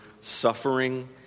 suffering